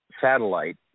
satellite